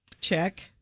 Check